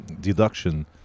deduction